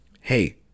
Hey